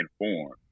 informed